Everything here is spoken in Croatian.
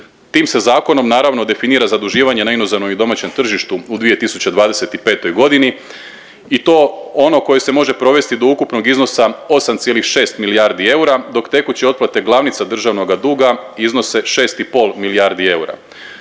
Tim se zakonom naravno definira zaduživanje na inozemnom i domaćem tržištu u 2025. godini i to ono koje se može provesti do ukupnog iznosa 8,6 milijardi eura, dok tekuće otplate glavnice državnoga duga iznose 6 i pol milijardi eura.